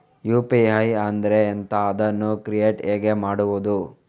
UPI ಅಂದ್ರೆ ಎಂಥ? ಅದನ್ನು ಕ್ರಿಯೇಟ್ ಹೇಗೆ ಮಾಡುವುದು?